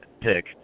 pick